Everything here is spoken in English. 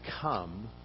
come